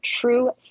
true